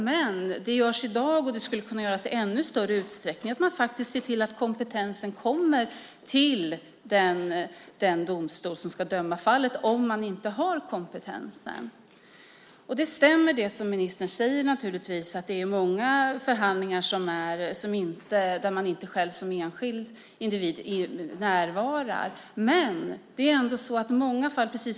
Något som görs i dag och som skulle kunna göras i ännu större utsträckning är att man ser till att kompetensen kommer till den domstol som ska döma fallet om man inte har kompetensen. Det stämmer naturligtvis som ministern säger att det är många förhandlingar där man som enskild individ inte själv närvarar.